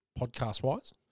podcast-wise